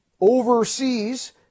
overseas